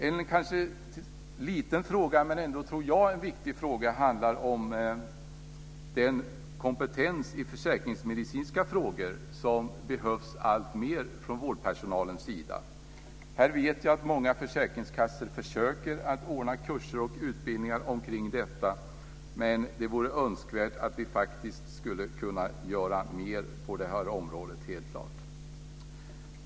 En kanske liten men viktig fråga tror jag är den kompetens i försäkringsmedicinska frågor som behövs alltmer från vårdpersonalens sida. Jag vet att många försäkringskassor försöker ordna kurser och utbildningar kring detta men det vore helt klart önskvärt att det gick att göra mer på detta område.